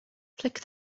flick